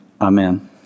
Amen